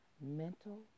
mental